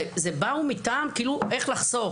איך לחסוך,